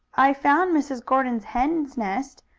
i found mrs. gordon's hen's nest,